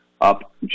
up